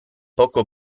poco